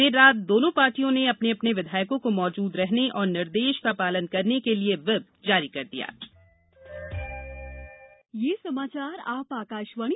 देर रात दोनों पार्टियों ने अपने अपने विधायकों को मौजूद रहने और निर्देश का पालन करने के लिए व्हिप जारी कर दी